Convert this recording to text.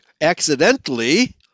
accidentally